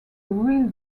real